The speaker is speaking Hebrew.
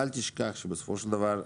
אל תשכח שבסופו של דבר,